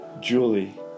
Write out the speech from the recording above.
Julie